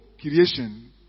creation